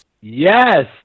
Yes